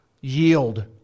yield